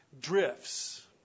Drifts